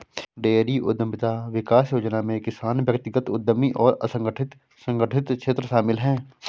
dairy उद्यमिता विकास योजना में किसान व्यक्तिगत उद्यमी और असंगठित संगठित क्षेत्र शामिल है